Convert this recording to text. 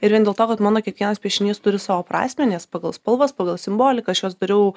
ir vien dėl to kad mano kiekvienas piešinys turi savo prasmę nes pagal spalvas pagal simboliką aš juos dariau